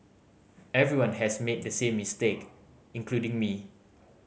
everyone has made the same mistake including me